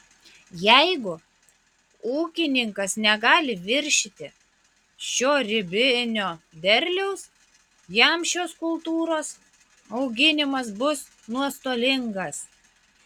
jeigu ūkininkas negali viršyti šio ribinio derliaus jam šios kultūros auginimas bus nuostolingas